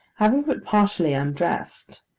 having but partially undressed,